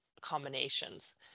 combinations